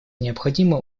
необходимо